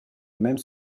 même